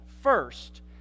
first